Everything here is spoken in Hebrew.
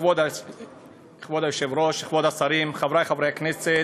כבוד היושב-ראש, כבוד השרים, חברי חברי הכנסת,